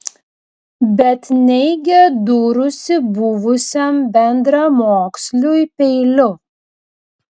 bet neigė dūrusi buvusiam bendramoksliui peiliu